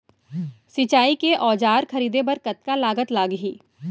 सिंचाई के औजार खरीदे बर कतका लागत लागही?